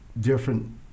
different